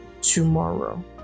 tomorrow